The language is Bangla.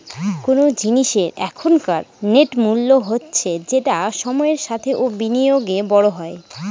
কোন জিনিসের এখনকার নেট মূল্য হচ্ছে যেটা সময়ের সাথে ও বিনিয়োগে বড়ো হয়